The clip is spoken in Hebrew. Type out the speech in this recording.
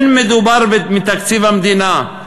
לא מדובר מתקציב המדינה,